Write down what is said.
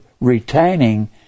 retaining